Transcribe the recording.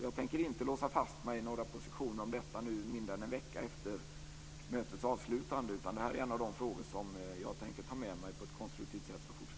Jag tänker inte låsa fast mig i några positioner om detta nu, mindre än en vecka efter mötets avslutande, utan det här är en av de frågor som jag tänker ta med mig på ett konstruktivt sätt för fortsättningen.